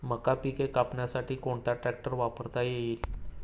मका पिके कापण्यासाठी कोणता ट्रॅक्टर वापरता येईल?